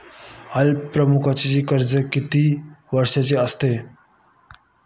अल्पमुदतीचे कर्ज किती वर्षांचे असते?